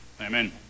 Amen